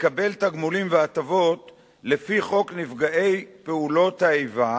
לקבל תגמולים והטבות לפי חוק נפגעי פעולות איבה,